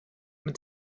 mit